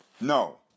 No